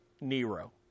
Nero